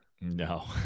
No